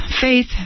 Faith